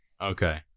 Okay